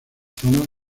zonas